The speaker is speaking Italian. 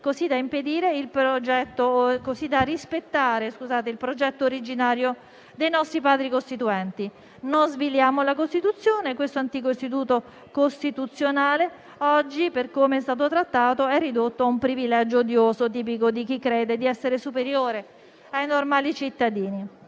così da rispettare il progetto originario dei nostri Padri costituenti. Non sviliamo la Costituzione; questo antico istituto costituzionale oggi, per come è stato trattato, è ridotto a un privilegio odioso, tipico di chi crede di essere superiore ai normali cittadini.